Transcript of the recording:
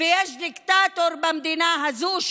ויש דיקטטור במדינה הזו,